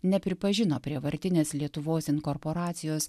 nepripažino prievartinės lietuvos inkorporacijos